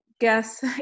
guess